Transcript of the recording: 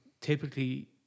typically